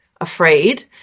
afraid